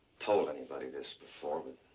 told anybody this before, but.